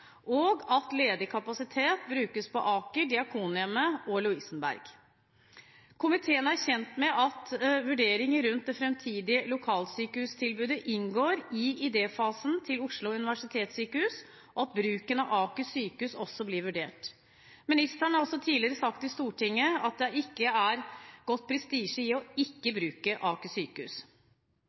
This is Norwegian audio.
og at ledig kapasitet brukes på Aker, Diakonhjemmet og Lovisenberg. Komiteen er kjent med at vurderinger rundt det framtidige lokalsykehustilbudet inngår i idéfasen til Oslo universitetssykehus, og at bruken av Aker sykehus også vil bli vurdert. Statsråden har tidligere sagt i Stortinget at det ikke er gått prestisje i ikke å bruke Aker sykehus.